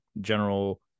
general